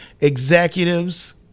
executives